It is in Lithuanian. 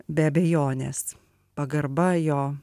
be abejonės pagarba jo